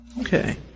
Okay